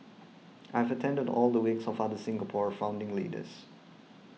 I have attended all the wakes of other Singapore founding leaders